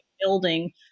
building